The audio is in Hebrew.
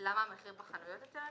למה המחיר בחנויות יותר יקר?